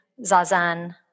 zazen